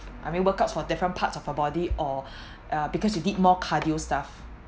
I mean workouts for different parts of the body or uh because you did more cardio stuff